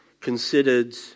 considered